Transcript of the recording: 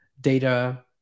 data